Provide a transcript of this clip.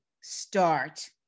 start